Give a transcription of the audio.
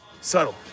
subtle